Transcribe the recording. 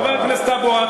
חבר הכנסת טלב אבו עראר,